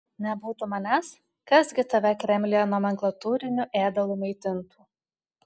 nebūtų manęs kas gi tave kremliuje nomenklatūriniu ėdalu maitintų